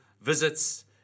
visits